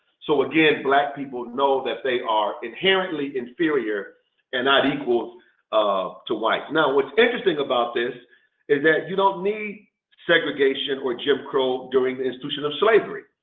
so, again, black people know that they are inherently inferior and not equals to whites. now what's interesting about this is that you don't need segregation or jim crow during the institution of slavery.